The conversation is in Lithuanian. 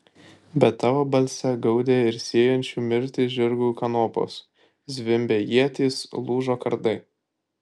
bet tavo balse gaudė ir sėjančių mirtį žirgų kanopos zvimbė ietys lūžo kardai